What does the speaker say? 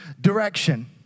direction